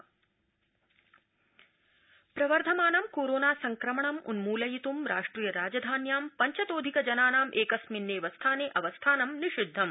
Delhi corona प्रवर्धमानं corona संक्रमणं उन्मूलयित्ं राष्ट्रिय राजधान्यां पञ्चतोऽधिक जनानां क्रिस्मिन्नेव स्थाने अवस्थानं निषिद्धम्